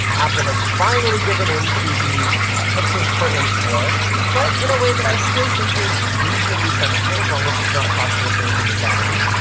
apple has finally given into the pixels-per-inch war but in a way that i still think is reasonably sensible as long as it's not costing us anything in battery.